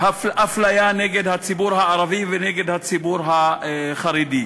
אפליה נגד הציבור הערבי ונגד הציבור החרדי.